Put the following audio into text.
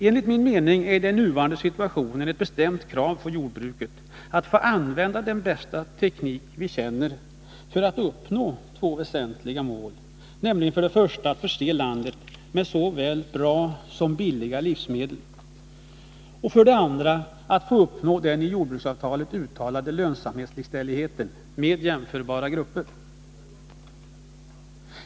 Enligt min mening är det i den nuvarande situationen ett bestämt krav från jordbruket att få använda den bästa teknik vi känner för att uppnå två väsentliga mål, nämligen för det första att förse landet med såväl bra som billiga livsmedel och för det andra att få uppnå den i jordbruksavtalet uttalade likställigheten med jämförbara grupper när det gäller lönsamhet.